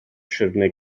siwrne